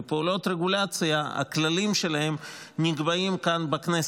ופעולות רגולציה, הכללים שלהן נקבעים כאן בכנסת.